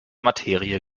materie